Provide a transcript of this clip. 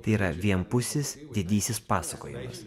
tai yra vienpusis didysis pasakojimas